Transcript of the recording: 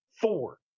Four